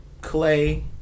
Clay